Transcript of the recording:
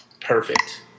perfect